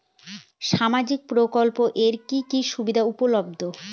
সামাজিক প্রকল্প এর কি কি সুবিধা উপলব্ধ?